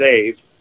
saved